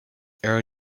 error